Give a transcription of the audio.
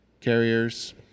carriers